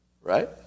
right